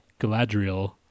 Galadriel